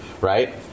right